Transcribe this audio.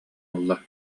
ылла